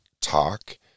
talk